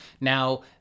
now